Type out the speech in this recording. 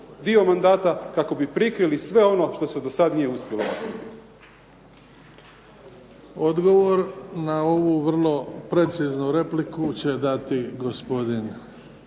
dio mandata kako bi prikrili sve ono što se do sad nije uspjelo. **Bebić, Luka (HDZ)** Odgovor na ovu vrlo preciznu repliku će dati gospodin